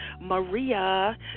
Maria